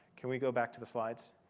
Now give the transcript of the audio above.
can we go back to the slides?